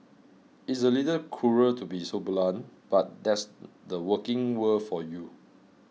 it's a little cruel to be so blunt but that's the working world for you